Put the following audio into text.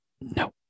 No